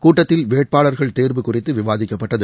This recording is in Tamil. கூட்டத்தில் வேட்பாளர்கள் தேர்வு குறித்து விவாதிக்கப்பட்டது